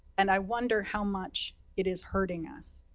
and i wonder how much it is hurting us.